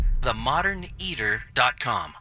themoderneater.com